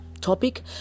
topic